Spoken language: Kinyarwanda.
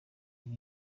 kuri